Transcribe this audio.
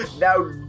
now